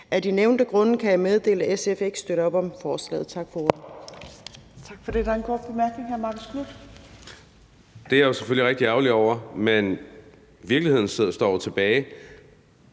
Af de nævnte grunde kan jeg meddele, at SF ikke støtter op om forslaget.